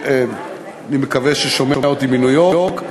אני מקווה שהוא שומע אותי בניו-יורק.